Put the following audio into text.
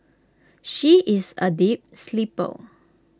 she is A deep sleeper